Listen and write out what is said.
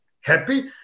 happy